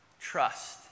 Trust